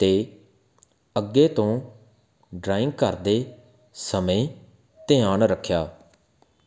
ਤੇ ਅੱਗੇ ਤੋਂ ਡਰਾਇੰਗ ਕਰਦੇ ਸਮੇਂ ਧਿਆਨ ਰੱਖਿਆ